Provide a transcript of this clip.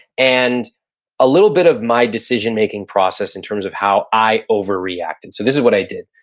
and a little bit of my decision-making process in terms of how i overreact, and so this is what i did.